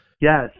Yes